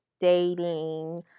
dating